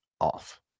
off